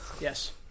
Yes